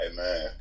Amen